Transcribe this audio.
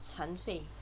残废